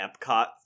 Epcot